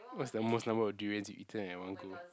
what's the most number of durians you've eaten at one go